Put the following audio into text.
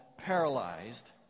paralyzed